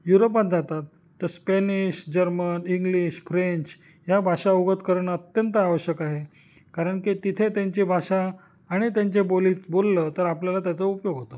युरोपात जातात त स्पॅनिश जर्मन इंग्लिश फ्रेंच या भाषा अवगत करणं अत्यंत आवश्यक आहे कारण की तिथे त्यांची भाषा आणि त्यांच्या बोलीत बोललं तर आपल्याला त्याचा उपयोग होतो